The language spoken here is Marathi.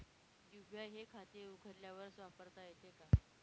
यू.पी.आय हे खाते उघडल्यावरच वापरता येते का?